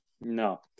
No